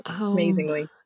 Amazingly